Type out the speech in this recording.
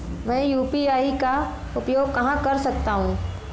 मैं यू.पी.आई का उपयोग कहां कर सकता हूं?